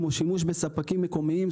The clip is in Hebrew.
כמו שימוש בספקים מקומיים,